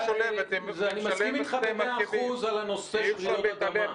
אני מסכים איתך במאה אחוז על הנושא רעידות אדמה.